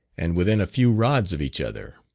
and within a few rods of each other?